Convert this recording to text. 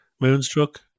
Moonstruck